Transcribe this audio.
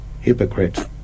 Hypocrite